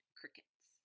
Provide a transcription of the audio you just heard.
crickets